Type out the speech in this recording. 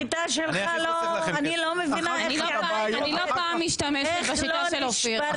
לא פעם אני משתמשת בשיטה שלך.